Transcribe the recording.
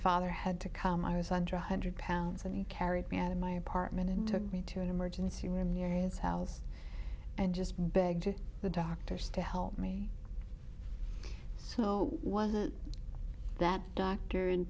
father had to come i was under one hundred pounds and carried me out of my apartment and took me to an emergency room near his house and just begged to the doctors to help me so was that doctor in